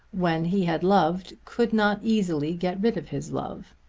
when he had loved, could not easily get rid of his love,